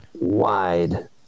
wide